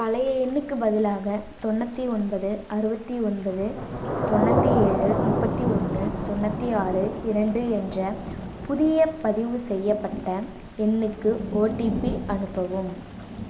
பழைய எண்ணுக்கு பதிலாக தொண்ணூற்றி ஒன்பது அறுபத்தி ஒன்பது தொண்ணூற்றி ஏழு முப்பத்தி ஒன்று தொண்ணூற்றி ஆறு இரண்டு என்ற புதிய பதிவு செய்யப்பட்ட எண்ணுக்கு ஓடிபி அனுப்பவும்